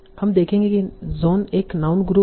हम देखेंगे कि जॉन एक नाउन ग्रुप है